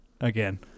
again